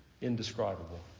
Indescribable